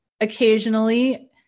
occasionally